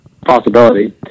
possibility